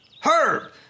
Herb